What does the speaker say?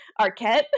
Arquette